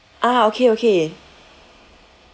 ah okay okay